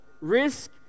risk